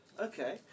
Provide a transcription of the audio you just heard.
Okay